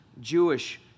Jewish